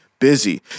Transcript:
busy